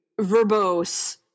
verbose